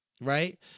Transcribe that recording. right